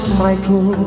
cycle